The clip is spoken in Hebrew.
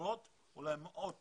עשרות ואולי מאות